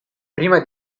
prima